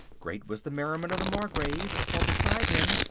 great was the merriment of the margrave, for beside him,